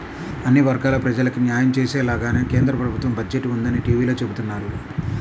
అన్ని వర్గాల ప్రజలకీ న్యాయం చేసేలాగానే కేంద్ర ప్రభుత్వ బడ్జెట్ ఉందని టీవీలో చెబుతున్నారు